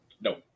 No